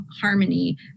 harmony